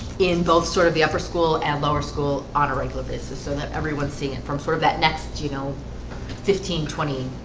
in both sort of the upper school and lower school on a regular basis so that everyone's seeing it from sort of that next you know fifteen twenty